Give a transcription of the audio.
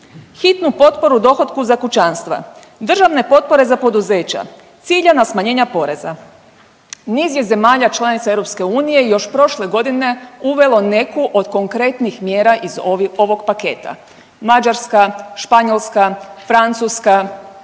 Hitnu potporu dohotku za kućanstva, državne potpore za poduzeća, ciljana smanjenja poreza. Niz je zemalja članica EU i još prošle godine uvelo neku od konkretnih mjera iz ovog paketa – Mađarska, Španjolska, Francuska,